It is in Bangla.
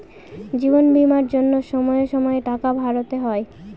জীবন বীমার জন্য সময়ে সময়ে টাকা ভরতে হয়